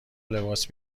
لباس